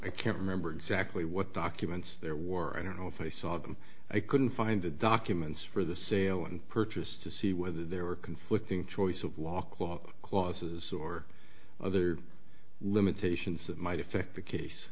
i can't remember exactly what documents there were i don't know if i saw them i couldn't find the documents for the sale and purchase to see whether there were conflicting choice of law clause clauses or other limitations that might affect the case